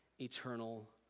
eternal